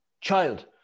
child